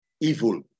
evil